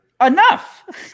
enough